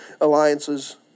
alliances